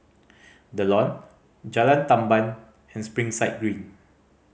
The Lawn Jalan Tamban and Springside Green